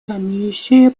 комиссии